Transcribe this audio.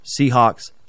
Seahawks